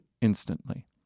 instantly